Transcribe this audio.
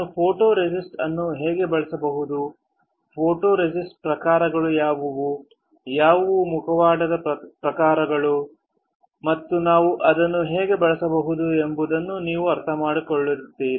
ನಾವು ಫೋಟೊರೆಸಿಸ್ಟ್ ಅನ್ನು ಹೇಗೆ ಬಳಸಬಹುದು ಫೋಟೊರೆಸಿಸ್ಟ್ ಪ್ರಕಾರಗಳು ಯಾವುವು ಯಾವುವು ಮುಖವಾಡದ ಪ್ರಕಾರಗಳು ಮತ್ತು ನಾವು ಅದನ್ನು ಹೇಗೆ ಬಳಸಬಹುದು ಎಂಬುದನ್ನು ನೀವು ಅರ್ಥಮಾಡಿಕೊಳ್ಳುತ್ತೀರಿ